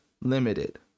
Limited